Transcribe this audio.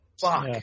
Fuck